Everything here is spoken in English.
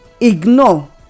ignore